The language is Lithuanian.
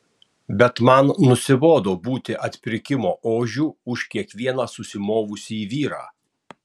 bet man nusibodo būti atpirkimo ožiu už kiekvieną susimovusį vyrą